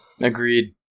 Agreed